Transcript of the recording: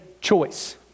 choice